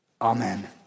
amen